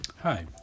Hi